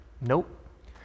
Nope